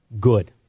good